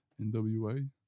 NWA